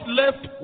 left